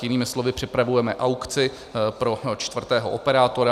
Jinými slovy, připravujeme aukci pro čtvrtého operátora.